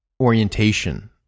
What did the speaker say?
orientation